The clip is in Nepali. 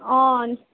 अँ